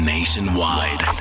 Nationwide